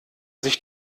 sich